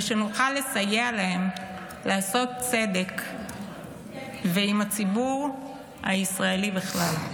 שנוכל לסייע ולעשות צדק עימם ועם הציבור הישראלי בכלל.